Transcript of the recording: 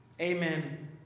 amen